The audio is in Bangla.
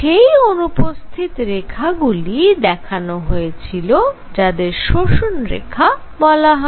সেই অনুপস্থিত রেখাগুলি দেখানো হয়েছিল তাদের শোষণ রেখা বলা হয়